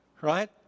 right